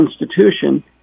institution